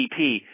GDP